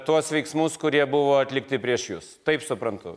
tuos veiksmus kurie buvo atlikti prieš jus taip suprantu